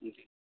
जी